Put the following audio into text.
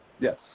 Yes